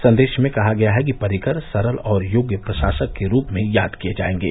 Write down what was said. संदेश में कहा गया है कि पर्रिकर सरल और योग्य प्रशासक के रूप में याद किए जाएंगे